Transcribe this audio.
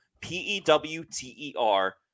p-e-w-t-e-r